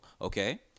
okay